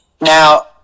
Now